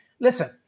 listen